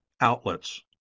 outlets